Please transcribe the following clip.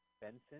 Benson